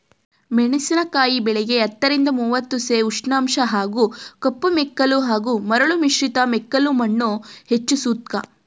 ಮೆಣಸಿನಕಾಯಿ ಬೆಳೆಗೆ ಹತ್ತರಿಂದ ಮೂವತ್ತು ಸೆ ಉಷ್ಣಾಂಶ ಹಾಗೂ ಕಪ್ಪುಮೆಕ್ಕಲು ಹಾಗೂ ಮರಳು ಮಿಶ್ರಿತ ಮೆಕ್ಕಲುಮಣ್ಣು ಹೆಚ್ಚು ಸೂಕ್ತ